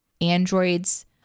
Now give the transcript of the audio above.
androids